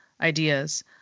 ideas